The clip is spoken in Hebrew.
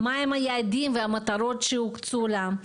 מהם היעדים והמטרות שהוקצו לה,